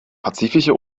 pazifische